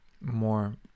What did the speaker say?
more